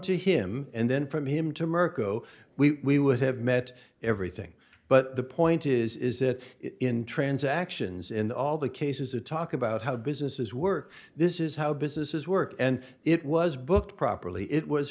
to him and then from him to mirco we would have met everything but the point is it is in transactions in all the cases to talk about how businesses work this is how businesses work and it was booked properly it was